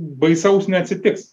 baisaus neatsitiks